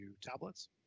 tablets